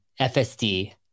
FSD